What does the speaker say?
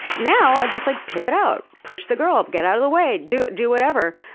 now i'd just like pivot out, push the girl, get out of the way, do do whatever.